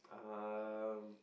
um